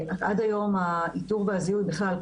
עד היום האיתור והזיהוי בכלל,